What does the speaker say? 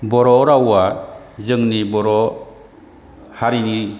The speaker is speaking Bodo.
बर' रावआ जोंनि बर' हारिनि